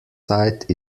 site